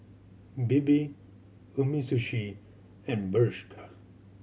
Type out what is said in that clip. Bebe Umisushi and Bershka